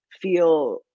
feel